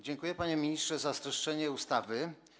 Dziękuję, panie ministrze, za streszczenie ustawy.